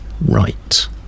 right